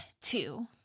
two